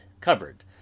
covered